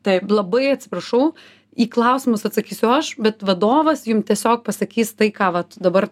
taip labai atsiprašau į klausimus atsakysiu aš bet vadovas jum tiesiog pasakys tai ką vat dabar